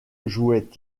jouait